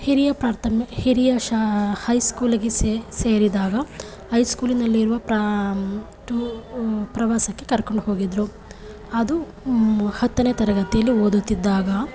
ಹಿರಿಯ ಪ್ರಾಥಮಿ ಹಿರಿಯ ಶಾ ಹೈಸ್ಕೂಲಿಗೆ ಸೇರಿದಾಗ ಐಸ್ಕೂಲಿನಲ್ಲಿರುವ ಪ್ರ ಟೂ ಪ್ರವಾಸಕ್ಕೆ ಕರ್ಕೊಂಡು ಹೋಗಿದ್ದರು ಅದು ಹತ್ತನೇ ತರಗತಿಯಲ್ಲಿ ಓದುತ್ತಿದ್ದಾಗ